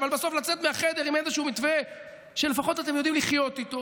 אבל בסוף לצאת מהחדר עם איזשהו מתווה שלפחות אתם יודעים לחיות איתו,